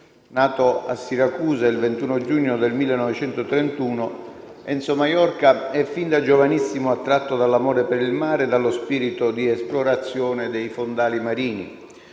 Nato a Siracusa il 21 giugno del 1931, Enzo Maiorca è fin da giovanissimo attratto dall'amore per il mare e dallo spirito di esplorazione dei fondali marini.